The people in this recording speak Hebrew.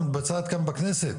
מתבצעת כאן בכנסת,